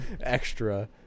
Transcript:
extra